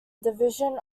division